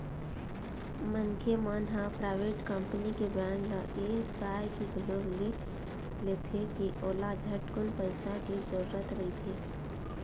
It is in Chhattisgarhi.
मनखे मन ह पराइवेट कंपनी के बांड ल ऐ पाय के घलोक ले लेथे के ओला झटकुन पइसा के जरूरत रहिथे